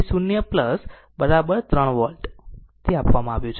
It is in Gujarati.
VC 0 3 વોલ્ટ તે આપવામાં આવ્યું છે